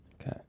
Okay